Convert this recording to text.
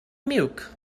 milk